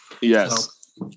Yes